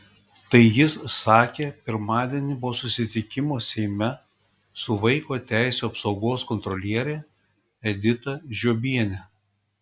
tai jis sakė pirmadienį po susitikimo seime su vaiko teisių apsaugos kontroliere edita žiobiene